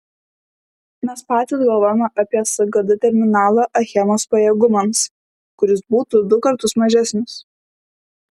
mes patys galvojome apie sgd terminalą achemos pajėgumams kuris būtų du kartus mažesnis